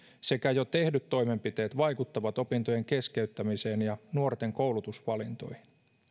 sekä jo tehdyt toimenpiteet vaikuttavat opintojen keskeyttämiseen ja nuorten koulutusvalintoihin